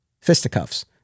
fisticuffs